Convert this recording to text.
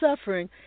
suffering